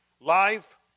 life